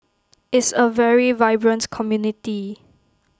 is A very vibrant community